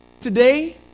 Today